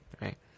right